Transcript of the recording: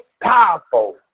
powerful